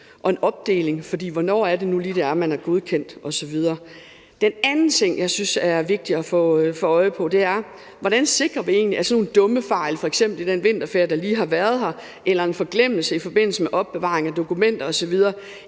som en opdeling, for hvornår er det nu lige, at man er godkendt osv.? Den anden ting, som jeg synes det er vigtigt at få øje på, er, hvordan vi sikrer, at sådan nogle dumme fejl – f.eks. i forbindelse med den vinterferie, som lige har været der, eller en forglemmelse i forbindelse med opbevaring af dokumenter osv.